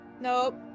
Nope